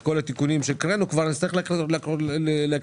את כל התיקונים שהקראנו נצטרך לקרוא שוב,